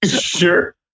Sure